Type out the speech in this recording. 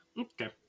okay